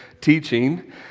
teaching